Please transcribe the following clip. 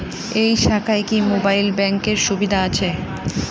এই শাখায় কি মোবাইল ব্যাঙ্কের সুবিধা আছে?